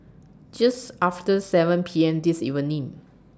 Just after seven P M This evening